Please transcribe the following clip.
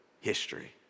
history